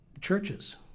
Churches